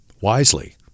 wisely